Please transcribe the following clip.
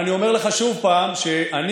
אני אומר לך שוב פעם שאני,